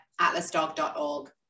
atlasdog.org